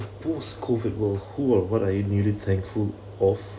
post-COVID world who or what are you need to thankful of